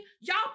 y'all